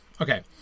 Okay